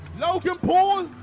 logan paul,